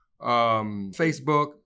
Facebook